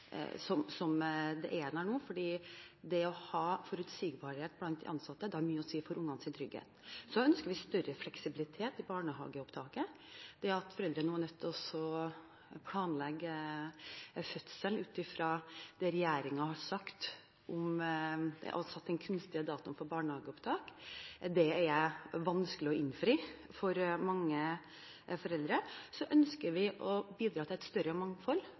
som er der nå. For det å ha forutsigbarhet blant de ansatte har mye å si for ungenes trygghet. Så ønsker vi større fleksibilitet i barnehageopptaket. Nå er foreldre nødt til å planlegge fødselen ut fra den kunstige datoen som regjeringen har satt for barnehageopptak, og det er vanskelig å innfri for mange foreldre. Så ønsker vi å bidra til et større mangfold,